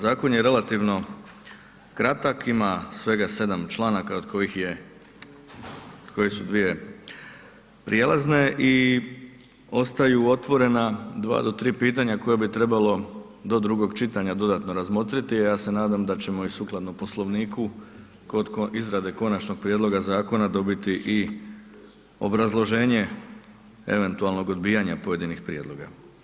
Zakon je relativno kratak, ima svega 7 članaka od kojih su dvije prijelazne i ostaju otvorena 2 do 3 pitanja koja bi trebalo do drugog čitanja dodatno razmotriti, ja se nadam da ćemo i sukladno Poslovniku kod izrade konačnog prijedloga zakona dobiti i obrazloženje eventualnog odbijanja pojedinih prijedloga.